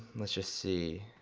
let's just see.